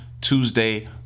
Tuesday